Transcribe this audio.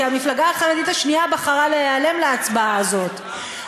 כי המפלגה החרדית השנייה בחרה להיעלם בהצבעה הזאת,